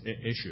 issue